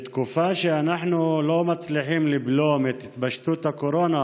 בתקופה שאנחנו לא מצליחים לבלום את התפשטות הקורונה,